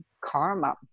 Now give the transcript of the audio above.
karma